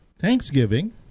Thanksgiving